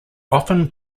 often